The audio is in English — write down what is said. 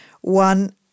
one